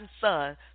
son